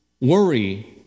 worry